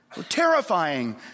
Terrifying